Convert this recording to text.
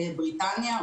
בריטניה,